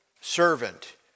servant